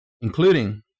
Including